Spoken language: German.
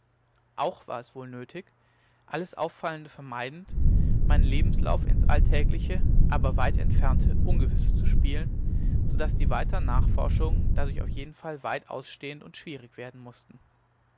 auch war es wohl nötig alles auffallende vermeidend meinen lebenslauf ins alltägliche aber weit entfernte ungewisse zu spielen so daß die weitern nachforschungen dadurch auf jeden fall weit aussehend und schwierig werden mußten